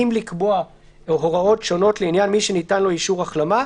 אם לקבוע הוראות שונות לעניין מי שניתן לו אישור החלמה,